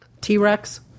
T-Rex